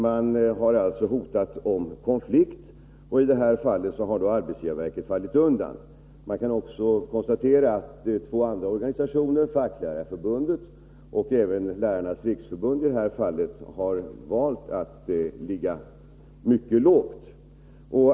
Man har hotat med konflikt, och i det här fallet har arbetsgivarverket fallit undan. Man kan också konstatera att två andra organisationer, Facklärarförbundet och Lärarnas riksförbund, har valt att ligga mycket lågt.